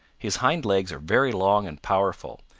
his hind legs are very long and powerful,